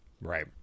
Right